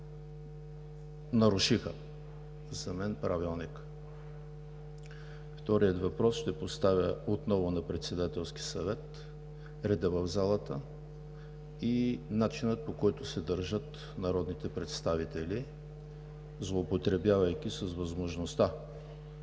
нарушиха за мен Правилника. Вторият въпрос, ще поставя отново на Председателски съвет реда в залата и начина, по който се държат народните представители, злоупотребявайки с възможността